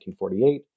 1948